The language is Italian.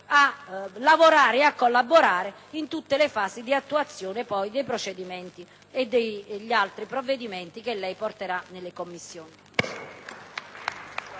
a lavorare e a collaborare in tutte le fasi di attuazione dei procedimenti che seguiranno e degli altri provvedimenti che lei porterà nelle Commissioni.